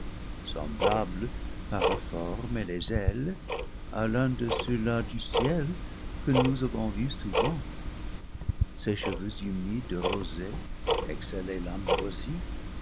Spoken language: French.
semblable par la forme et les ailes à l'un de ceux-là du ciel que nous avons vus souvent ses cheveux humides de rosée exhalaient l'ambroisie